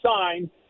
signed